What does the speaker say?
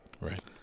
right